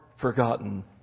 forgotten